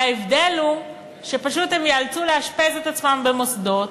וההבדל הוא שפשוט הם ייאלצו לאשפז את עצמם במוסדות.